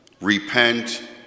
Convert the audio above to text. Repent